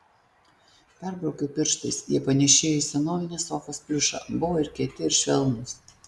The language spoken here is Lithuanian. perbraukiau pirštais jie panėšėjo į senovinės sofos pliušą buvo ir kieti ir švelnūs